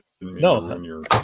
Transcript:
no